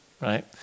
right